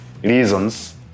reasons